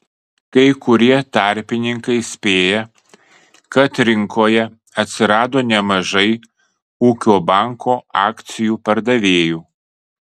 kai kurie tarpininkai spėja kad rinkoje atsirado nemažai ūkio banko akcijų pardavėjų